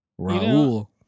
Raul